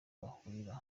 bahurira